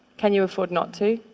can you afford not to?